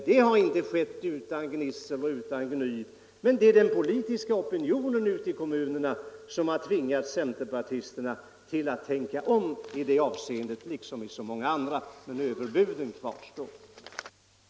Det har inte skett utan gnissel och gny, men det är den politiska opinionen ute i kommunerna som har tvingat centerpartisterna att tänka om i det avseendet liksom i så många andra. Överbuden kvarstår emellertid.